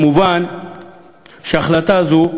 מובן שהחלטה זו,